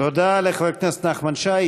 תודה לחבר הכנסת נחמן שי.